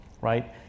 right